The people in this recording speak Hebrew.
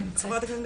שהצטרפו.